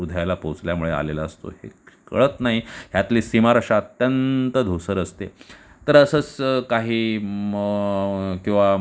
हृदयाला पोहचल्यामुळे आलेला असतो हे कळत नाही यातली सीमारेषा अत्यंत धूसर असते तर असंच काही मग किंवा